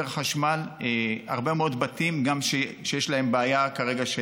לחשמל הרבה מאוד בתים שיש להם בעיה כרגע,